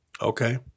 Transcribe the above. Okay